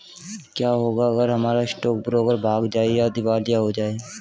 क्या होगा अगर हमारा स्टॉक ब्रोकर भाग जाए या दिवालिया हो जाये?